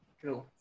True